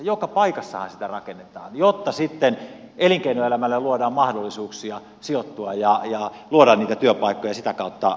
joka paikassahan sitä rakennetaan jotta elinkeinoelämälle luodaan mahdollisuuksia sijoittua ja luodaan niitä työpaikkoja ja sitä kautta verotuloja